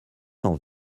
cent